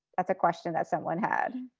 that's a question that someone had.